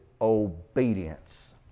obedience